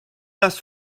last